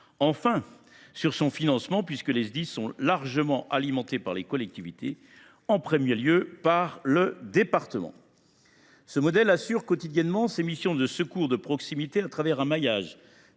enfin, par son mode de financement, puisque les Sdis sont largement alimentés par les collectivités et, en premier lieu, par le département. Grâce à ce modèle, les Sdis assurent quotidiennement leurs missions de secours de proximité à travers un maillage